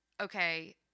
okay